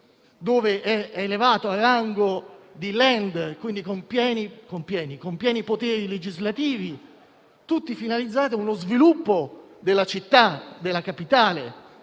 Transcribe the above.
stata elevata al rango di *Land*, quindi con pieni poteri legislativi, tutti finalizzato allo sviluppo della città capitale